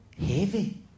heavy